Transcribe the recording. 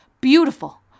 Beautiful